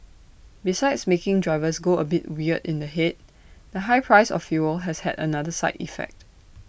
besides making drivers go A bit weird in the Head the high price of fuel has had another side effect